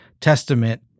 testament